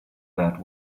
that